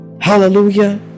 Hallelujah